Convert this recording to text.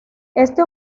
este